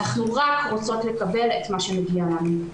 אנחנו רק רוצות לקבל את מה שמגיע לנו.